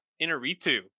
Inaritu